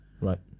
right